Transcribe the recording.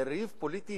יריב פוליטי,